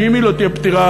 שאם היא לא תהיה פתירה,